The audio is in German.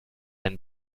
ein